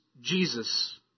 Jesus